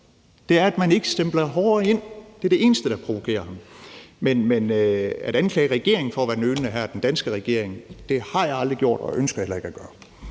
Det er, at man ikke stempler hårdere ind. Det er det eneste, der provokerer ham. Men at anklage den danske regering for at være nølende her har jeg aldrig gjort og ønsker heller ikke at gøre.